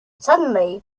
suddenly